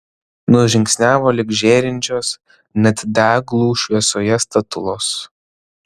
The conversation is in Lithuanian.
nužingsniavo link žėrinčios net deglų šviesoje statulos